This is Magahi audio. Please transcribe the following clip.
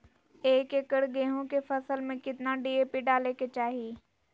एक एकड़ गेहूं के फसल में कितना डी.ए.पी डाले के चाहि?